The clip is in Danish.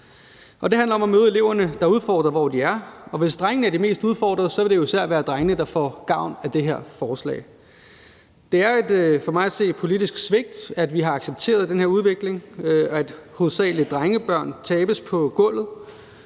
Det handler om at møde de elever, der er udfordret, hvor de er, og hvis drengene er de mest udfordrede, vil det især være drengene, der får gavn af det her forslag. Det er for mig at se et politisk svigt, at vi har accepteret den her udvikling, og at hovedsageligt drengebørn tabes på gulvet,